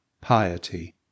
piety